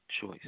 choice